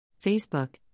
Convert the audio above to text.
Facebook